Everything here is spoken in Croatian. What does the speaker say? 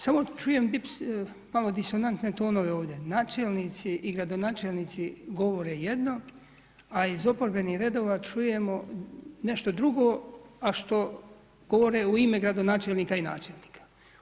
Samo čujem bis malo disonantne tonove ovdje, načelnici i gradonačelnici govore jedno, a iz oporbenih redova čujemo nešto drugo a što govore u ime gradonačelnika i načelnika.